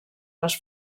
les